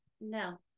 no